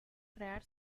crear